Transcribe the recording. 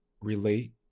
relate